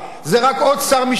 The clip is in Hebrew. זה רק עוד שר משפטים,